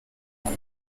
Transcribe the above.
kuko